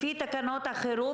גברתי יושבת-הראש,